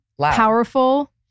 powerful